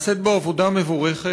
נעשית בו עבודה מבורכת,